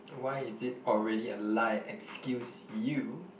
why is it already a lie excuse you